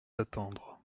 attendre